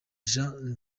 jean